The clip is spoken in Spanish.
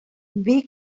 big